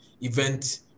event